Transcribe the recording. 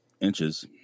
inches